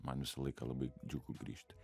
man visą laiką labai džiugu grįžti